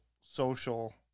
social